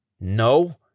No